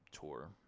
tour